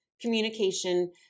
communication